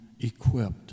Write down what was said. equipped